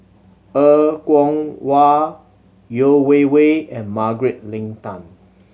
Er Kwong Wah Yeo Wei Wei and Margaret Leng Tan